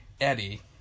eddie